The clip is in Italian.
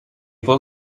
può